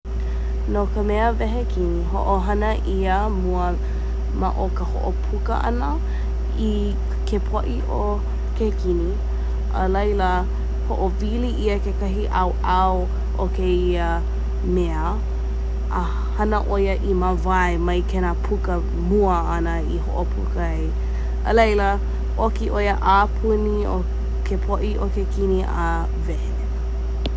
No ka mea wehe kini, hoʻohana ʻia mua ma ʻo ka puka ʻana i ke poʻi o ke kini a laila hoʻowili ʻia kekahi ʻaoʻao o kēia mea a hana ʻoia i mawae mai kēnā puka mua ʻana i hoʻopuka ai, a leila ʻoki ʻoia a puni o ke poʻi o ke kini a wehe